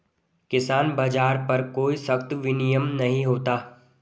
किसान बाज़ार पर कोई सख्त विनियम नहीं होता